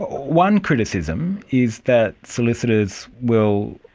one criticism is that solicitors will,